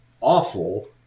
awful